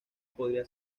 podría